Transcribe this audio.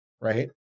right